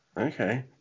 Okay